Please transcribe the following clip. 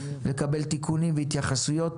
לקבל תיקונים והתייחסויות.